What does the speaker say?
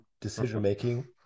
decision-making